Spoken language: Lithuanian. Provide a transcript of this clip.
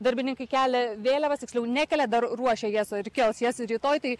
darbininkai kelia vėliavas tiksliau nekelia dar ruošia jas o ir kels jas rytoj tai